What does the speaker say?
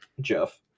Jeff